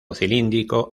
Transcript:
cilíndrico